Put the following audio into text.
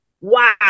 wow